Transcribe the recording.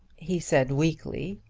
he said weakly.